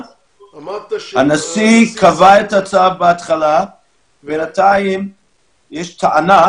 הנשיא קבע את הצו בהתחלה ובינתיים יש טענה